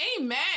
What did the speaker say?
Amen